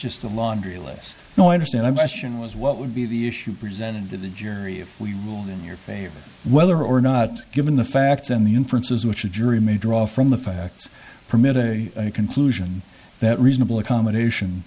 just a laundry list no i understand i bastion was what would be the issue presented to the jury if we ruled in your favor whether or not given the facts and the inferences which the jury may draw from the facts permitted a conclusion that reasonable accommodation